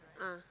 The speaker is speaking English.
ah